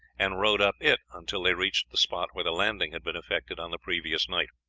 and rowed up it until they reached the spot where the landing had been effected on the previous night.